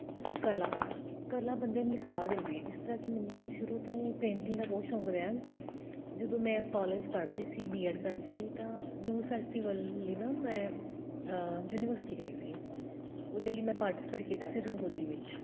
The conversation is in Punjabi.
ਕਲਾ ਕਲਾ ਬੰਦੇ ਨੂੰ ਨਿਖਾਰ ਦਿੰਦੀ ਜਿਸ ਤਰ੍ਹਾਂ ਕਿ ਮੈਨੂੰ ਸ਼ੁਰੂ ਤੋਂ ਹੀ ਪੇਂਟਿੰਗ ਦਾ ਬਹੁਤ ਸ਼ੌਂਕ ਰਿਹਾ ਜਦੋਂ ਮੈਂ ਕੋਲੇਜ ਪੜ੍ਹਦੀ ਸੀ ਬੀਐਡ ਕਰਦੀ ਸੀ ਤਾਂ ਯੂਥ ਫੈਸਟੀਵਲ ਲਈ ਨਾ ਮੈਂ ਯੂਨੀਵਰਸਿਟੀ ਗਈ ਸੀ ਉਹਦੇ ਲਈ ਮੈਂ ਪਾਰਟੀਸਪੇਟ ਕੀਤਾ ਸੀ ਰੰਗੋਲੀ ਵਿੱਚ